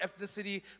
ethnicity